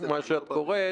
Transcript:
כפי שאת קוראת להם,